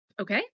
okay